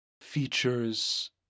features